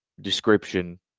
description